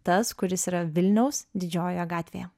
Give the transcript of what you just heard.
tas kuris yra vilniaus didžiojoje gatvėje